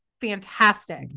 fantastic